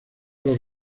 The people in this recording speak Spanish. los